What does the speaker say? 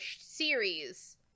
series